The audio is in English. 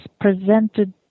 presented